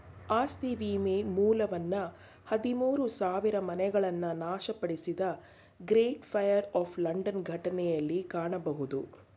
ಆಸ್ತಿ ವಿಮೆ ಮೂಲವನ್ನ ಹದಿಮೂರು ಸಾವಿರಮನೆಗಳನ್ನ ನಾಶಪಡಿಸಿದ ಗ್ರೇಟ್ ಫೈರ್ ಆಫ್ ಲಂಡನ್ ಘಟನೆಯಲ್ಲಿ ಕಾಣಬಹುದು